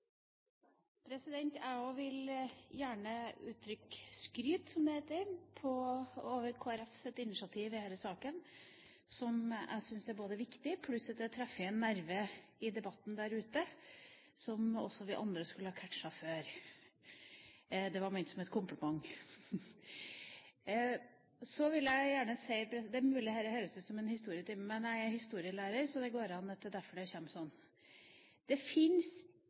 til. Jeg også vil gjerne uttrykke skryt, som det heter, over Kristelig Folkepartis initiativ i denne saken, som jeg syns både er viktig og treffer en nerve i debatten der ute som også vi andre skulle ha «catch»-et før. Det var ment som en kompliment. Så vil jeg gjerne si – det er mulig dette vil høres ut som en historietime, men jeg er historielærer, så det er vel derfor det kommer sånn: Det